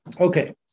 Okay